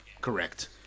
correct